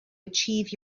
achieve